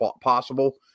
possible